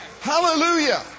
Hallelujah